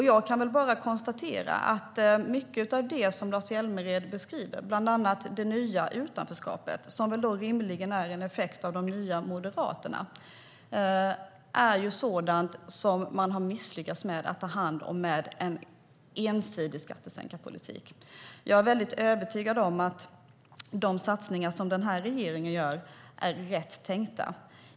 Jag kan bara konstatera att mycket av det som Lars Hjälmered beskriver - bland annat det nya utanförskapet, som väl rimligen är en effekt av de nya Moderaterna - är sådant som man har misslyckats med att ta hand om med en ensidig skattesänkarpolitik. Jag är övertygad om att de satsningar som den här regeringen gör är rätt tänkta.